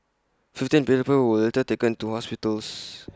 fifteen people were later taken to hospitals